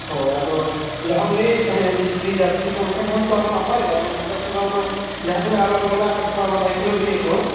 ᱦᱳᱭ ᱟᱫᱚ ᱡᱟᱦᱟᱢ ᱞᱟᱹᱭ ᱮᱫ ᱛᱟᱦᱮᱱ ᱡᱚᱫᱤ ᱡᱟᱹᱨᱥᱤ ᱠᱚ ᱚᱱᱠᱟᱠᱷᱟᱱ ᱛᱚ ᱱᱟᱯᱟᱭᱚᱜᱼᱟ ᱪᱮᱫᱟ ᱥᱮ ᱵᱟᱝᱢᱟ ᱡᱟᱦᱟᱛᱤᱱᱟᱹᱜ ᱟᱨᱚ ᱢᱮᱱᱟ ᱟᱠᱟᱫ ᱠᱚᱣᱟ ᱠᱷᱮᱞᱳᱰᱤᱭᱟᱹᱠᱚ